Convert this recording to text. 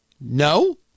no